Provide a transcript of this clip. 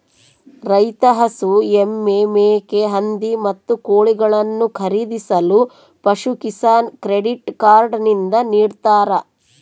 ರೈತ ಹಸು, ಎಮ್ಮೆ, ಮೇಕೆ, ಹಂದಿ, ಮತ್ತು ಕೋಳಿಗಳನ್ನು ಖರೀದಿಸಲು ಪಶುಕಿಸಾನ್ ಕ್ರೆಡಿಟ್ ಕಾರ್ಡ್ ನಿಂದ ನಿಡ್ತಾರ